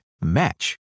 match